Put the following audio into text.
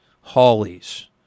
hollies